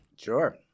sure